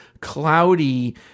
cloudy